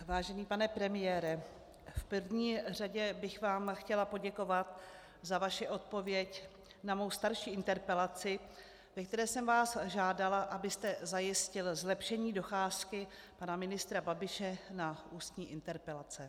Vážený pane premiére, v první řadě bych vám chtěla poděkovat za vaši odpověď na mou starší interpelaci, ve které jsem vás žádala, abyste zajistil zlepšení docházky pana ministra Babiše na ústní interpelace.